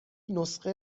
نسخه